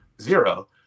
zero